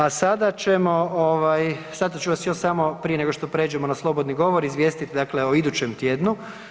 A sada ćemo, sada ću vas ja samo prije nego što prijeđemo na slobodni govor izvijestiti dakle o idućem tjednu.